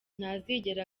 ntazigera